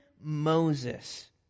Moses